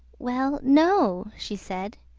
well, no, she said,